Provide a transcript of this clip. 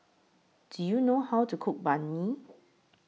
Do YOU know How to Cook Banh MI